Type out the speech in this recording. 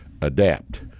adapt